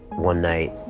one night